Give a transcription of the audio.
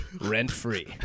rent-free